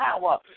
power